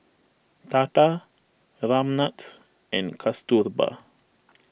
Tata Ramnath and Kasturba